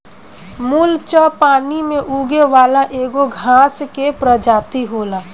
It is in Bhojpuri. मुलच पानी में उगे वाला एगो घास के प्रजाति होला